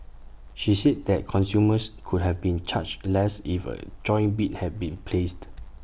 she said that consumers could have been charged less if A joint bid had been placed